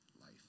life